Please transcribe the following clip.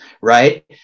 Right